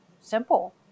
simple